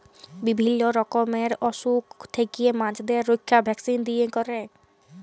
বিভিল্য রকমের অসুখ থেক্যে মাছদের রক্ষা ভ্যাকসিল দিয়ে ক্যরে